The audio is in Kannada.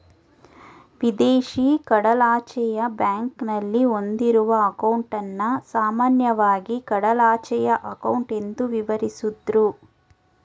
ವಿದೇಶಿ ಕಡಲಾಚೆಯ ಬ್ಯಾಂಕ್ನಲ್ಲಿ ಹೊಂದಿರುವ ಅಂಕೌಟನ್ನ ಸಾಮಾನ್ಯವಾಗಿ ಕಡಲಾಚೆಯ ಅಂಕೌಟ್ ಎಂದು ವಿವರಿಸುದ್ರು